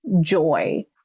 joy